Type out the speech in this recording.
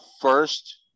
first